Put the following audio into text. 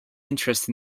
interest